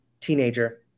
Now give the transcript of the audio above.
teenager